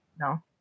No